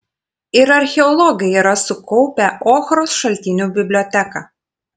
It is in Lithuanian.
ir archeologai yra sukaupę ochros šaltinių biblioteką